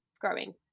growing